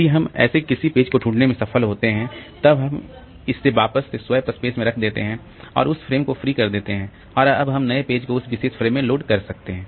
यदि हम ऐसे किसी पेज को ढूंढने में सफल होते हैं तब हम इससे वापस से स्वैप स्पेस में रख देते हैं और उस फ्रेम को फ्री कर देते हैं और अब हम नए पेज को उस विशेष फ्रेम में लोड कर सकते हैं